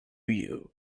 you